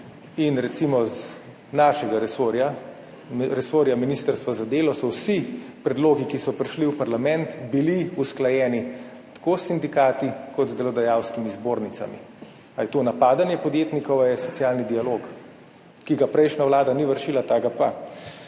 In, recimo, z našega resorja, resorja Ministrstva za delo, so bili vsi predlogi, ki so prišli v parlament, usklajeni tako s sindikati kot z delodajalskimi zbornicami. Ali je to napadanje podjetnikov ali je socialni dialog, ki ga prejšnja vlada ni vršila, ta ga pa?